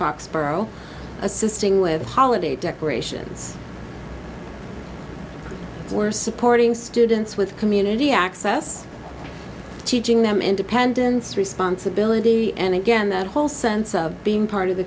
foxboro assisting with holiday decorations or supporting students with community access teaching them independence responsibility and again the whole sense of being part of the